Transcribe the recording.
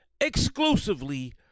exclusively